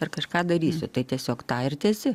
ir kažką darysiu tai tiesiog tą ir tęsi